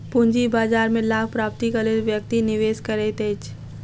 पूंजी बाजार में लाभ प्राप्तिक लेल व्यक्ति निवेश करैत अछि